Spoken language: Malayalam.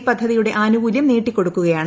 വൈ പദ്ധതിയുടെ ആനുകൂല്യം നീട്ടികൊടുക്കുകയാണ്